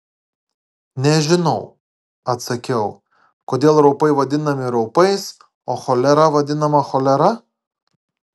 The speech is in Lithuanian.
nežinau atsakiau kodėl raupai vadinami raupais o cholera vadinama cholera